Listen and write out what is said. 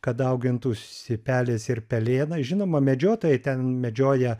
kad daugintųsi pelės ir pelėnai žinoma medžiotojai ten medžioja